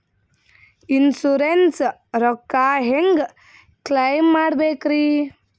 Insurance ರೊಕ್ಕ ಹೆಂಗ claim ಮಾಡ್ಬೇಕ್ರಿ?